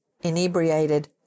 inebriated